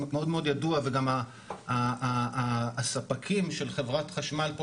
גם הספקים של חברת חשמל,